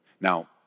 Now